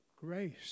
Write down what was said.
grace